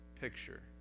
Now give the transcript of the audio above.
picture